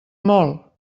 molt